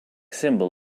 symbol